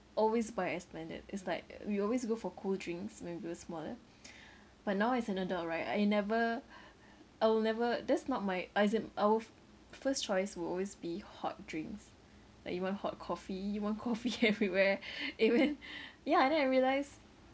always buy ice blended it's like we always go for cool drinks when we were smaller but now as an adult right I never I'll never that's not my as in our first choice will always be hot drinks like you want hot coffee you want coffee everywhere even ya and then I realise